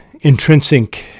intrinsic